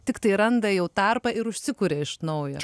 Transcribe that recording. tiktai randa jau tarpą ir užsikuria iš naujo